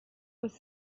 with